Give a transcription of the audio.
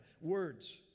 Words